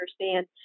understand